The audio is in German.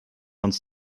uns